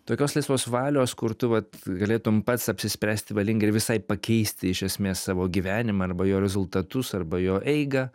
tokios laisvos valios kur tu vat galėtum pats apsispręsti valingai ir visai pakeisti iš esmės savo gyvenimą arba jo rezultatus arba jo eigą